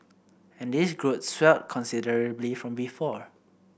and this group swelled considerably from before